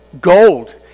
Gold